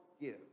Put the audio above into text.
give